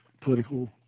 political